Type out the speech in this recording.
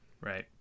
Right